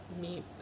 meet